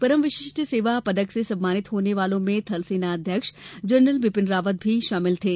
परम विशिष्ट सेवा पदक से सम्मानित होने वालों में थल सेनाध्यक्ष जनरल बिपिन रावत भी शामिल थे